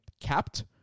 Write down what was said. capped